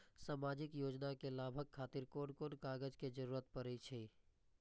सामाजिक योजना के लाभक खातिर कोन कोन कागज के जरुरत परै छै?